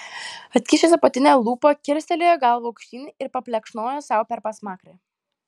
atkišęs apatinę lūpą kilstelėjo galvą aukštyn ir paplekšnojo sau per pasmakrę